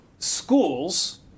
Schools